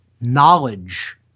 knowledge